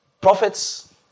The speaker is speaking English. prophets